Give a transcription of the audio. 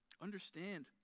understand